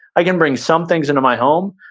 i can bring some things into my home,